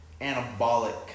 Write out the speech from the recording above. anabolic